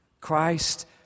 Christ